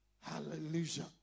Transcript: Hallelujah